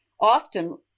often